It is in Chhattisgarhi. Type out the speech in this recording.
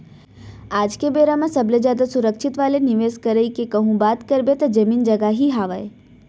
आज के बेरा म सबले जादा सुरक्छित वाले निवेस करई के कहूँ बात करबे त जमीन जघा के ही हावय